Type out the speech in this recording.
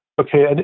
okay